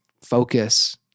focus